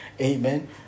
Amen